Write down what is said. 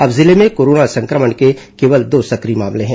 अब जिले में कोरोना संक्रमण के केवल दो सक्रिय मामले हैं